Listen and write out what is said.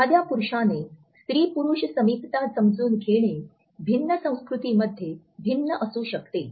एखाद्या पुरुषाने स्त्री पुरुष समीपता समजून घेणे भिन्न संस्कृतींमध्ये भिन्न असू शकते